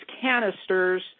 canisters